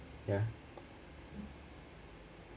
ya